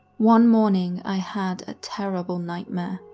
one morning i had a terrible nightmare.